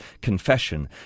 confession